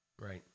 Right